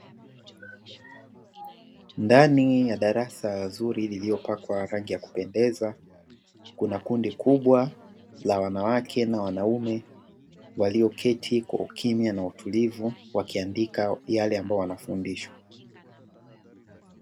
Ndani ya darasa zuri lililopakwa rangi ya kupendeza, kuna kundi kubwa la wanawake na wanaume, walioketi kwa ukimya na utulivu, wakiandika yale ambayo wanafundishwa.